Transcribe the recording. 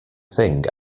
thing